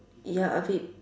they are a bit